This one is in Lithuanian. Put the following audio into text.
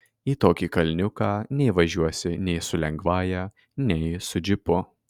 į tokį kalniuką neįvažiuosi nei su lengvąja nei su džipu